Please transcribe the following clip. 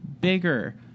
bigger